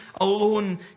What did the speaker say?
alone